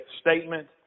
statement